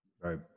Right